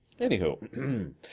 anywho